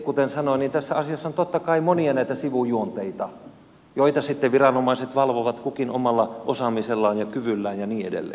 kuten sanoin tässä asiassa on totta kai monia näitä sivujuonteita viranomaiset valvovat kukin omalla osaamisellaan ja kyvyllään ja niin edelleen